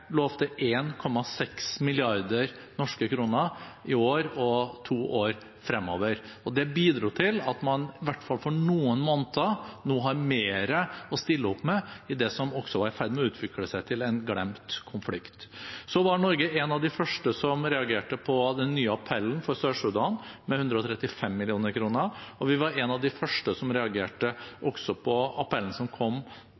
to år fremover. Det bidro til at man i hvert fall for noen måneder nå har mer å stille opp med i det som også er i ferd med å utvikle seg til en glemt konflikt. Norge var en av de første som reagerte på den nye appellen for Sør-Sudan, med 135 mill. kr, og vi var en av de første som